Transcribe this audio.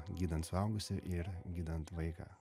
gydant suaugusį ir gydant vaiką